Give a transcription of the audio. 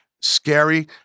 scary